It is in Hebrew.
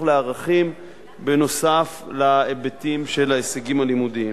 לערכים בנוסף להיבטים של ההישגים הלימודיים.